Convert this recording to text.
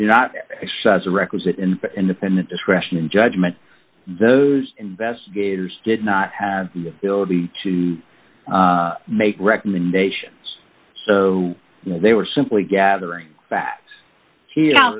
do not excessive requisite in independent discretion and judgment those investigators did not have the ability to make recommendations so they were simply gathering fa